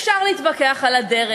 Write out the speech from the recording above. אפשר להתווכח על הדרך,